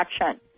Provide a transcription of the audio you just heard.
action